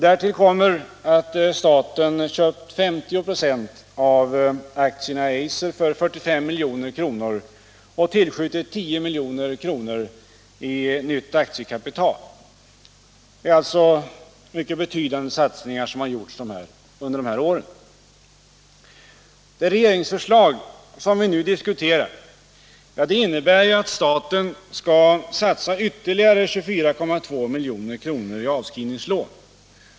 Därtill kommer att staten köpt 50 26 av aktierna i AB Eiser för 45 milj.kr. och tillskjutit 10 milj.kr. i nytt aktiekapital. Det är alltså mycket avsevärda satsningar som har gjorts under de här åren. Det regeringsförslag som vi nu diskuterar innebär att staten skall satsa ytterligare 24,2 milj.kr. i avskrivningslån.